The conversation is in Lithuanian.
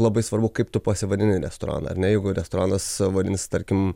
labai svarbu kaip tu pasivadini restoraną ar ne jeigu restoranas vadinasi tarkim